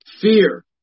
Fear